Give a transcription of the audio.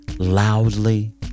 Loudly